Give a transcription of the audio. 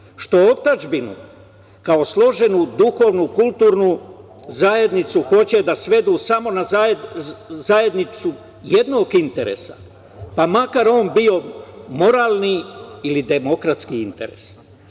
što otadžbinu kao složenu duhovnu, kulturnu zajednicu hoće da svedu samo na zajednicu jednog interesa, pa makar on bio moralni ili demokratski